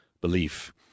belief